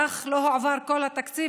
אך לא הועבר כל התקציב,